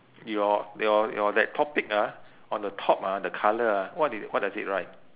your your your that topic ah on the top ah the colour ah what is what does it write